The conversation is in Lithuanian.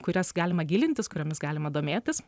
kurias galima gilintis kuriomis galima domėtis